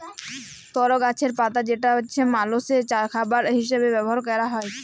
তর গাছের পাতা যেটা মালষের খাবার হিসেবে ব্যবহার ক্যরা হ্যয়